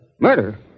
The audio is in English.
Murder